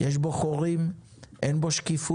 יש בו חורים, אין בו שקיפות,